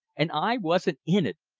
and i wasn't in it!